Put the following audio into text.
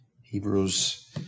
Hebrews